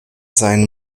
seine